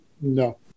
No